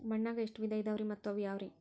ಮಣ್ಣಾಗ ಎಷ್ಟ ವಿಧ ಇದಾವ್ರಿ ಮತ್ತ ಅವು ಯಾವ್ರೇ?